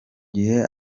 gihe